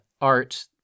Art